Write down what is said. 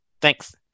Thanks